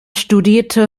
studierte